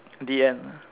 the end